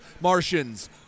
Martians